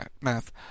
math